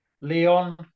Leon